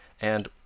And